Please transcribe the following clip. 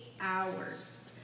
hours